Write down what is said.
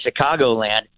Chicagoland